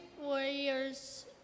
warrior's